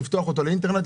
לפתוח אותו לאינטרנט,